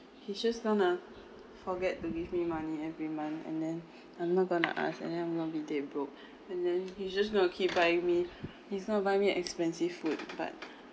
he's just going to forget to give me money every month and then I'm not going to ask and then I'll be dead broke and then he's just going to keep buying me he's going to buy me expensive food but